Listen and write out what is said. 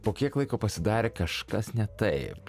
po kiek laiko pasidarė kažkas ne taip